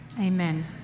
Amen